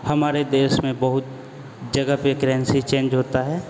हमारे देश में बहुत जगह पर क्रेन्सी चेंज होता है